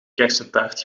kersentaart